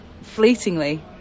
fleetingly